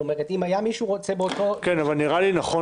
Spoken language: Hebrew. אם מישהו היה רוצה באותו --- אבל נראה לי נכון